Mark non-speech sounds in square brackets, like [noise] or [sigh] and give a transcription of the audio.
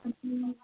[unintelligible]